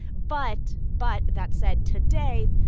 but but that said, today,